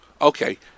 okay